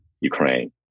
Ukraine